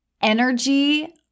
energy